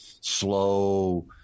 slow